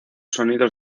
sonidos